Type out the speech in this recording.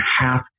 half